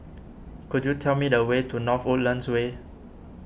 could you tell me the way to North Woodlands Way